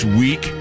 week